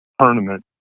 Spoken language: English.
tournament